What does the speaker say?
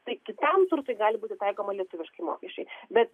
tai kitam turtui gali būti taikoma lietuviški mokesčiai bet